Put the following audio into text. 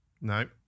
No